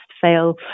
fail